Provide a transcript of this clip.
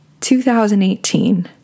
2018